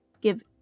give